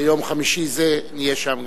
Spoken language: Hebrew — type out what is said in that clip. ביום חמישי זה נהיה שם כולנו.